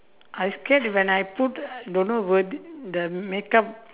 I scared when I put I don't know what the makeup